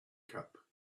cup